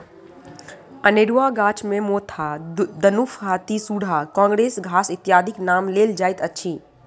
अनेरूआ गाछ मे मोथा, दनुफ, हाथीसुढ़ा, काँग्रेस घास इत्यादिक नाम लेल जाइत अछि